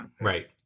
right